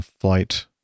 Flight